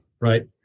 Right